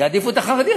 יעדיפו את החרדי,